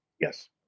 Yes